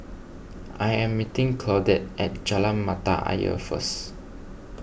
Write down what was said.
I am meeting Claudette at Jalan Mata Ayer first